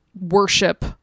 worship